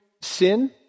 sin